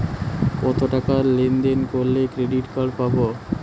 কতটাকা লেনদেন করলে ক্রেডিট কার্ড পাব?